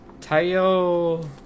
Tayo